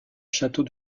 château